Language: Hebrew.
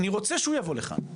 אני רוצה שיבוא לכאן,